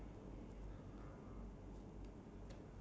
you have ever received